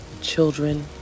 children